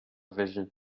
vision